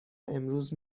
امروز